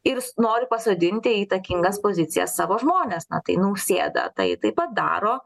ir nori pasodinti į įtakingas pozicijas savo žmones tai nausėda tai taip pat daro